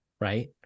right